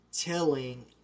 telling